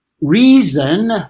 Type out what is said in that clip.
reason